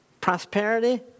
prosperity